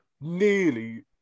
nearly